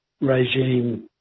regime